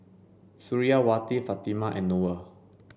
Suriawati Fatimah and Noah